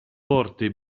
porte